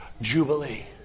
Jubilee